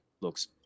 looks